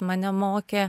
mane mokė